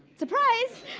surprise.